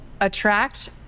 attract